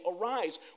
arise